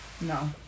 no